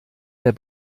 der